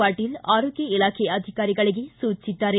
ಪಾಟೀಲ ಆರೋಗ್ಯ ಇಲಾಖೆ ಅಧಿಕಾರಿಗಳಿಗೆ ಸೂಚಿಸಿದ್ದಾರೆ